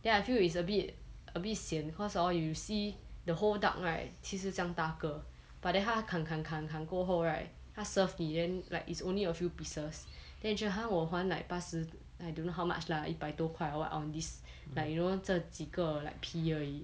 then I feel it's a bit a bit sian cause hor you see the whole duck right 其实这样大个 but then 他坎坎坎坎过后 right 他 serve 你 then like it's only a few pieces then 就 !huh! 我还 like 八十 I don't know how much lah 一百多块 or what on this like you know 这几个 like 皮而已